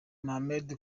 mohammed